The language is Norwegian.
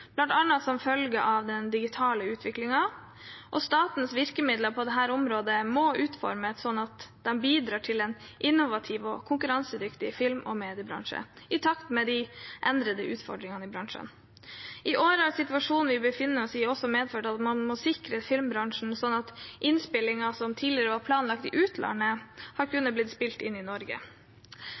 som følge av den digitale utviklingen, og statens virkemidler på dette området må utformes sånn at de bidrar til en innovativ og konkurransedyktig film- og mediebransje, i takt med de endrede utfordringene i bransjen. I år har situasjonen vi befinner oss i, også medført at man måtte sikre filmbransjen, sånn at innspillinger som tidligere var planlagt i utlandet, har kunnet bli spilt inn i Norge.